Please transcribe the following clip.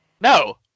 No